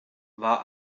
war